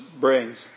brings